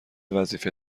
وظیفه